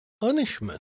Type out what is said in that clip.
punishment